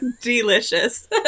delicious